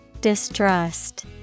Distrust